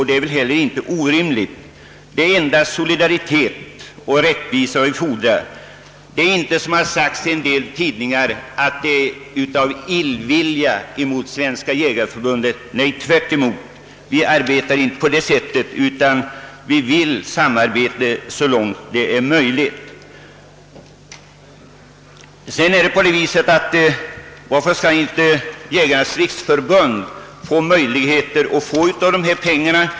Det är endast solidaritet och rättvisa vi kräver; det är inte, som det har sagts i en del tidningar, av illvilja mot Svenska jägareförbundet som vi kräver detta tvärtom. Vi vill ha samarbete så långt det är möjligt. Varför skulle inte Jägarnas riksförbund kuna få en del av dessa pengar?